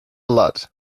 blood